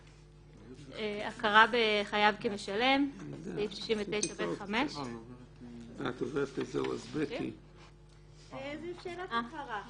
"הכרה בחייב כמשלם 69ב5. (א) הגיש חייב בקשה להכרה,